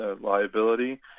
liability